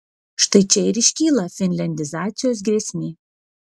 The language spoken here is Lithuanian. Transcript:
štai čia ir iškyla finliandizacijos grėsmė